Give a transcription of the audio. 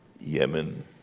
Yemen